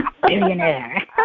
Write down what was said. billionaire